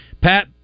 Pat